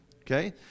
okay